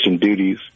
duties